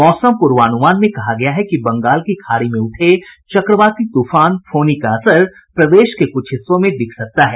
मौसम पूर्वानुमान में कहा गया है कि बंगाल की खाड़ी में उठे चक्रवाती तूफान फोनी का असर प्रदेश के कुछ हिस्सों में दिख सकता है